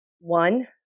One-